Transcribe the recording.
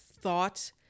thought